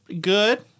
good